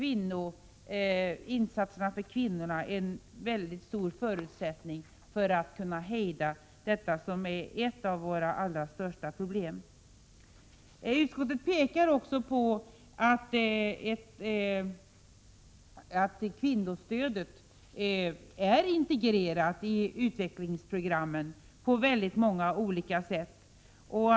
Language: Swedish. Insatserna för kvinnorna är en viktig förutsättning för att vi skall kunna hejda den utvecklingen. Utskottet pekar också på att kvinnostödet är integrerat i utvecklingsprogrammen på väldigt många olika sätt.